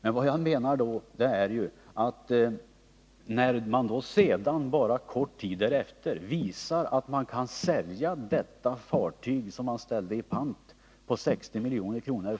En kort tid därefter visade det sig att detta fartyg, som man ville sätta i pant, kunde säljas för 71 milj.kr.